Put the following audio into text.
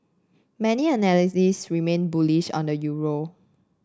many analysts remain bullish on the euro